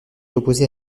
opposées